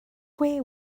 gwe